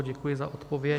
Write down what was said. Děkuji za odpověď.